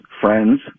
friends